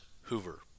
Hoover